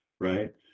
right